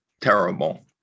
terrible